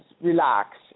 relax